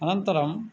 अनन्तरं